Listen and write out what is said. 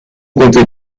comté